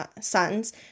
sons